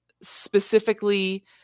specifically